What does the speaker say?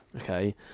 Okay